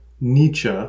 Nietzsche